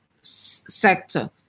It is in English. sector